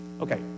Okay